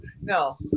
no